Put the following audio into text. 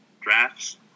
drafts